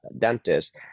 dentist